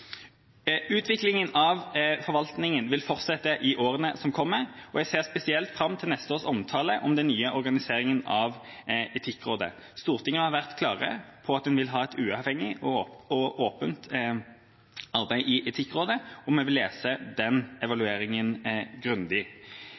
av forvaltninga vil fortsette i årene som kommer. Jeg ser spesielt fram til neste års omtale av den nye organiseringa av Etikkrådet. Stortinget har vært klar på at en vil ha et uavhengig og åpent arbeid i Etikkrådet, og vi vil lese den evalueringa grundig.